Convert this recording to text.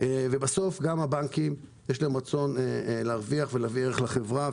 בסוף גם לבנקים יש רצון להרוויח ולהביא ערך לחברה,